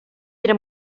era